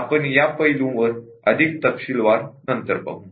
आपण या पैलूवर अधिक तपशीलवार नंतर पाहू